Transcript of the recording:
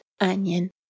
onion